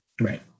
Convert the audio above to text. right